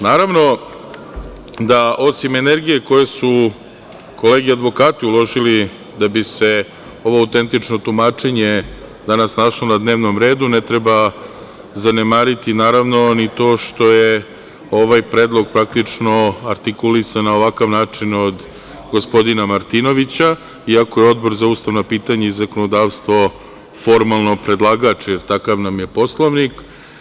Naravno, da osim energije koje su kolege advokati uložili da bi se ovo autentično tumačenje danas našlo na dnevnom redu ne treba zanemariti, naravno ni to što je ovaj predlog artikulisan na ovakav način od gospodina Martinovića, iako je Odbor za ustavna i pitanje i zakonodavstvo formalno predlagač, jer takav nam je Poslovnik.